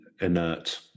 inert